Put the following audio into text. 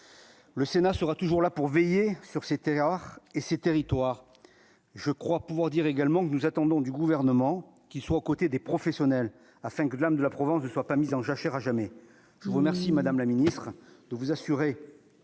le Sénat sera toujours là pour veiller sur ses Terres rares et ces territoires, je crois pouvoir dire également que nous attendons du gouvernement qu'il soit, côté des professionnels afin que l'âme de la Provence ne soit pas mise en jachère à jamais, je vous remercie madame la Ministre de vous assurer.